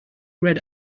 red